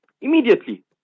Immediately